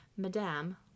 Madame